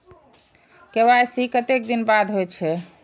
KYC कतेक दिन बाद होई छै?